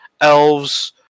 Elves